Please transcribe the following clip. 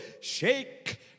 Shake